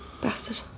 Bastard